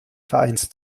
vereins